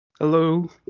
Hello